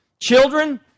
Children